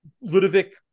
Ludovic